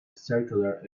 circular